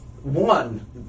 One